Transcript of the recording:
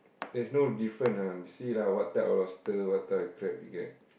there's no different ah see lah what type of lobster what type of crab you get